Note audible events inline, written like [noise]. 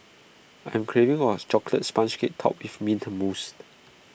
I am craving or A [noise] Chocolate Sponge Cake Topped with Mint Mousse